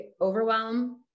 overwhelm